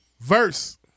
Verse